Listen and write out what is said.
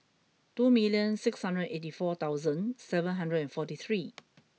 two million six hundred eighty four thousand seven hundred and forty three